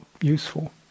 useful